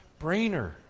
brainer